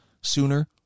sooner